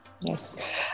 yes